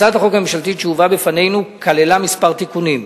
הצעת החוק הממשלתית שהובאה בפנינו כללה כמה תיקונים,